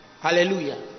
Hallelujah